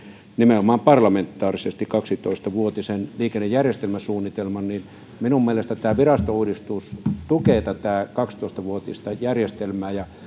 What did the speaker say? nimenomaan parlamentaarisesti kaksitoista vuotisen liikennejärjestelmäsuunnitelman niin minun mielestäni tämä virastouudistus tukee tätä kaksitoista vuotista järjestelmää